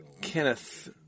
Kenneth